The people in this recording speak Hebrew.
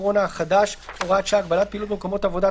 הקורונה החדש (הוראת שעה)(הגבלת פעילות במקומות עבודה),